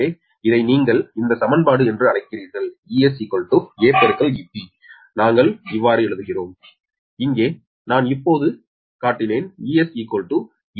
எனவே இதை நீங்கள் இந்த சமன்பாடு என்று அழைக்கிறீர்கள் 𝑬𝒔 𝒂 ∗𝑬𝒑 நாங்கள் எழுதுகிறோம் இங்கே நான் இப்போது காட்டினேன் 𝑬𝒔 𝒂 ∗𝑬𝒑